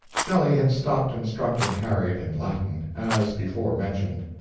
shelley had stopped instructing harriet in latin, as before mentioned.